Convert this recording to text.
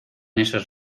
esos